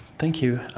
thank you.